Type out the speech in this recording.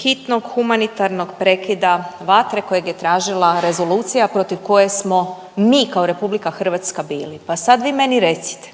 hitnog humanitarnog prekida vatre kojeg je tražila rezolucija protiv koje smo mi kao RH bili. Pa sad vi meni recite.